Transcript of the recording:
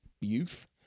youth